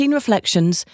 reflections